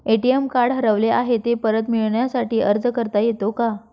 ATM card हरवले आहे, ते परत मिळण्यासाठी अर्ज करता येतो का?